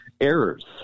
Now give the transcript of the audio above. errors